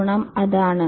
ഗുണം അതാണ്